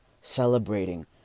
celebrating